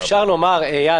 אייל,